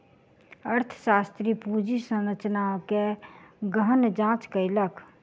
अर्थशास्त्री पूंजी संरचना के गहन जांच कयलक